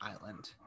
Island